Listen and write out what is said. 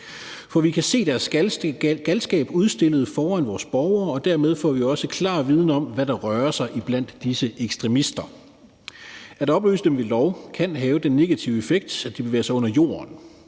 For vi kan se deres galskab udstillet for vores borgere, og dermed får vi også klar viden om, hvad der rører sig iblandt disse ekstremister. At opløse dem ved lov kan have den negative effekt, at de bevæger sig under jorden,